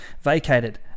vacated